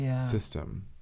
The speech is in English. system